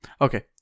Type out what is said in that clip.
Okay